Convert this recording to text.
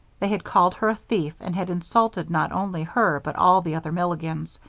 they had called her a thief and had insulted not only her but all the other milligans.